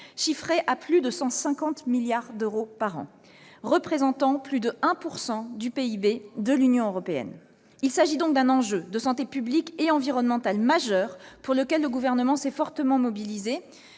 chiffrés à plus de 150 milliards d'euros par an, représentant plus de 1 % du PIB de l'Union européenne. Il s'agit donc d'un enjeu de santé publique et environnementale majeur, pour lequel le Gouvernement s'est fortement mobilisé.